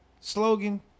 slogan